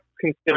consider